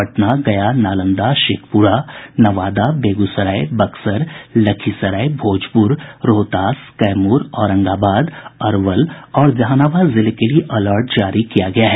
पटना गया नालंदा शेखपुरा नवादा बेगूसराय बक्सर लखीसराय भोजपुर रोहतास कैमूर औरंगाबाद अरवल और जहानाबाद जिले के लिए अलर्ट जारी किया गया है